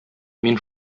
мин